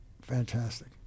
Fantastic